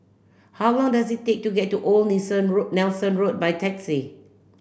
how long does it take to get to Old Nilsson Road Nelson Road by taxi